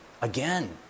again